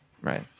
Right